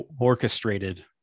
orchestrated